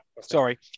sorry